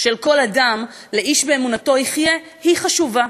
של כל אדם ל"איש באמונתו יחיה" היא חשובה,